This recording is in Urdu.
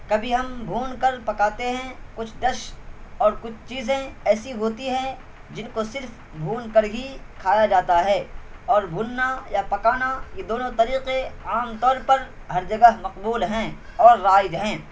کبھی ہم بھون کر پکاتے ہیں کچھ ڈش اور کچھ چیزیں ایسی ہوتی ہیں جن کو صرف بھون کر ہی کھایا جاتا ہے اور بھوننا یا پکانا یہ دونوں طریقے عام طور پر ہر جگہ مقبول ہیں اور رائج ہیں